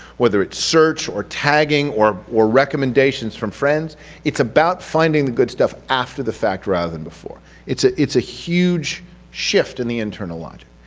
whether it's search or tagging or or recommendations from friends it's about finding the good stuff after the fact rather than before. it's ah it's a huge shift in the internal logic.